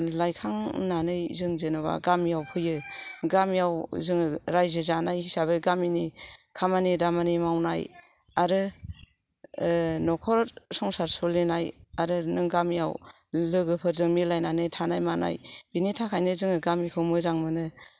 लायखांनानै जों जेनेबा गामियाव फैयो गामियाव जोङो राज्यो जानाय हिसाबै गामिनि खामानि दामानि मावनाय आरो न'खर संसार सोलिनाय आरो नों गामियाव लोगोफोरजों मिलायनानै थानाय मानाय बिनि थााखायनो जों गामिखौ मोजां मोनो